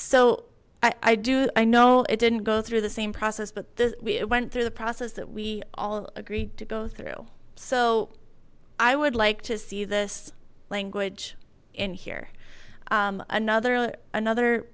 o i do i know it didn't go through the same process but it went through the process that we all agreed to go through so i would like to see this language in here another another